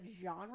genre